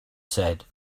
said